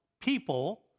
people